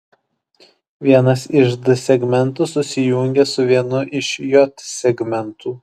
vienas iš d segmentų susijungia su vienu iš j segmentų